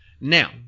Now